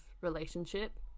relationship